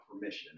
permission